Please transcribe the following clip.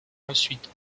ensuite